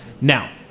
Now